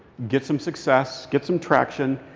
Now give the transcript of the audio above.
get some success. get some traction.